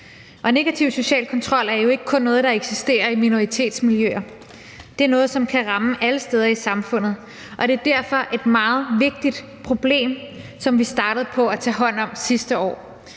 negativ social kontrol er jo ikke kun noget, der eksisterer i minoritetsmiljøer. Det er noget, som kan ramme alle steder i samfundet, og det er derfor et meget vigtigt problem, som vi startede på at tage hånd om sidste år.